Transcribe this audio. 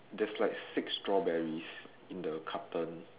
there's like six strawberries in the carton